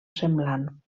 semblant